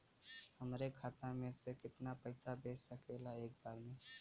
हमरे खाता में से कितना पईसा भेज सकेला एक बार में?